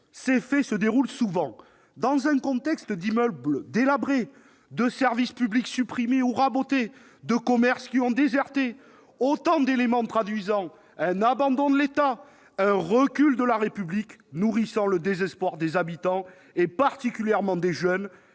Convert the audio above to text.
ces faits se déroulent souvent dans un contexte qui est celui d'immeubles délabrés, de services publics supprimés ou rabotés, de commerces qui ont déserté, autant d'éléments traduisant un abandon de l'État et un recul de la République, nourrissant le désespoir des habitants et particulièrement des jeunes,